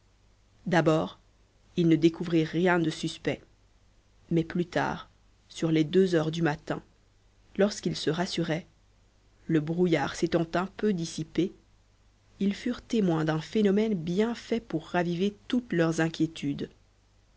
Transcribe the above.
d'abord ils ne découvrirent rien de suspect mais plus tard sur les deux heures du matin lorsqu'ils se rassuraient le brouillard s'étant un peu dissipé ils furent témoins d'un phénomène bien fait pour raviver toutes leurs inquiétudes